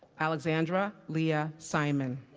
alexandra leah simon.